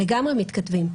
הם לגמרי מתכתבים.